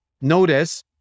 notice